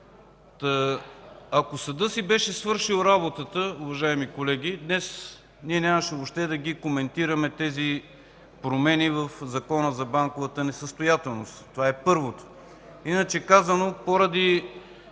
Ако съдът си беше свършил работата, уважаеми колеги, днес нямаше въобще да коментираме тези промени в Закона за банковата състоятелност. Това е първото. Иначе казано, при